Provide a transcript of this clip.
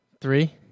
three